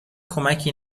کمکی